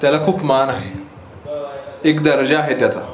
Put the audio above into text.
त्याला खूप मान आहे एक दर्जा आहे त्याचा